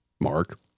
Mark